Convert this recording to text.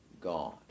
God